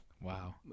Wow